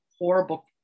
horrible